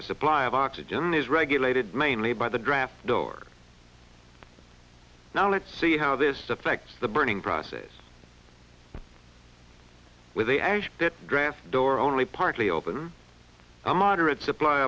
the supply of oxygen is regulated mainly by the draft door now let's see how this affects the burning process with that draft door only partly open a moderate supply